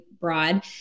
broad